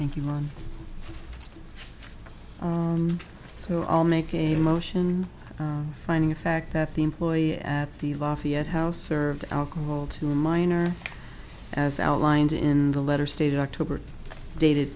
thank you so i'll make a motion finding the fact that the employee at the lafayette house served alcohol to a minor as outlined in the letter stated october dated